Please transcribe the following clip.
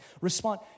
Respond